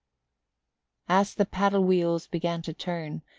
as the paddle-wheels began to turn,